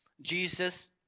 Jesus